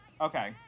Okay